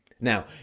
Now